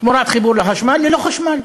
תמורת חיבור לחשמל, ללא חשמל.